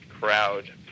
crowd